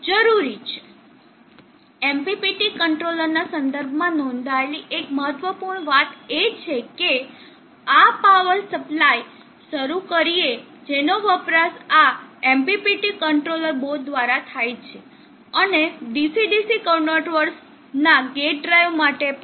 MPPT controller ના સંદર્ભમાં નોંધાયેલી એક મહત્વપૂર્ણ વાત એ છે કે આ પાવર સપ્લાય શરૂ કરીએ જેનો વપરાશ આ MPPT કંટ્રોલર બોર્ડ દ્વારા થાય છે અને DC DC કન્વર્ટર્સ ના ગેટ ડ્રાઇવ માટે પણ